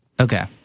okay